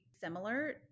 similar